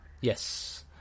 yes